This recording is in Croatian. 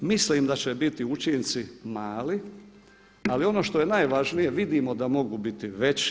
Mislim da će biti učinci mali, ali ono što je najvažnije vidimo da mogu biti veći.